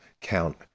count